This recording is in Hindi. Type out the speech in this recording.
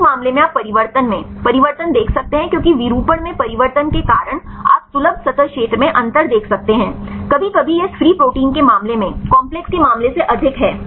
इस मामले में आप परिवर्तन में परिवर्तन देख सकते हैं क्योंकि विरूपण में परिवर्तन के कारण आप सुलभ सतह क्षेत्र में अंतर देख सकते हैं कभी कभी यह इस फ्री प्रोटीन के मामले में काम्प्लेक्स के मामले से अधिक है